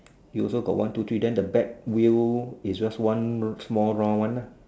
you also got one two three then the back wheel is just one small round one lah